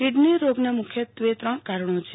kidney રોગના મુખ્યત્વે ત્રણ પ્રકારો છે